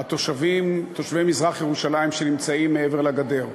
התושבים, תושבי מזרח-ירושלים, שנמצאים מעבר לגדר.